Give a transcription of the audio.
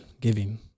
giving